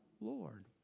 Lord